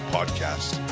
Podcast